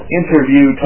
interview